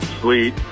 sweet